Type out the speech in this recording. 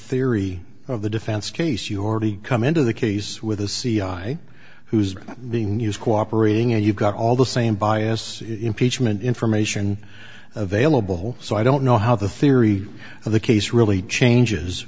theory of the defense case you already come into the case with the c i who's been in the news cooperating and you've got all the same bias impeachment information available so i don't know how the theory of the case really changes